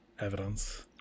evidence